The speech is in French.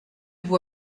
vous